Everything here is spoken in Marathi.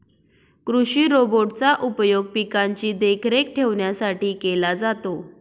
कृषि रोबोट चा उपयोग पिकांची देखरेख ठेवण्यासाठी केला जातो